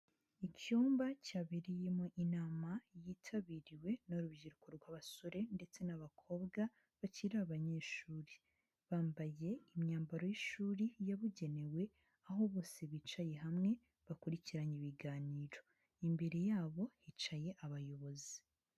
Icyumba cyabereyemo inama yitabiriwe n'urubyiruko rw'abasore ndetse n'abakobwa bakiri abanyeshuri, bambaye imyambaro y'ishuri yabugenewe, aho bose bicaye hamwe bakurikiranye ibiganiro, imbere yabo hicaye abayobozi.